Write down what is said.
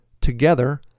Together